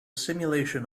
simulation